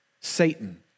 Satan